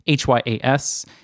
HYAS